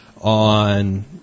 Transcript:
on